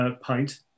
pint